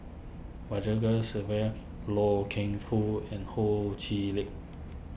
Sadasivan Loy Keng Foo and Ho Chee Lick